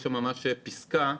יש שם פסיקה שאומרת: